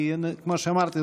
כי כמו שאמרתי,